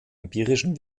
empirischen